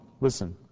listen